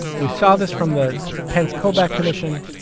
we saw this from the pence kobach commission.